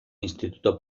instituto